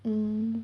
mm